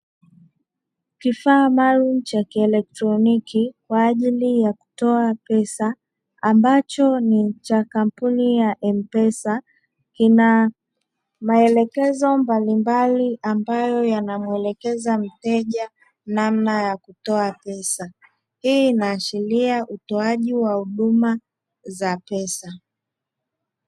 Kifaa maalum cha kieletroniki kwaajili ya kutoa pesa ambacho ni chakampuni ya M -pesa, kina maelekezo mbalimbali ambayo yanamuelekeza mteja namna ya kutoa pesa, hii inaashiria utoaji wa huduma za pesa.